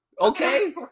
Okay